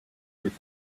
with